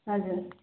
हजुर